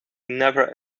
never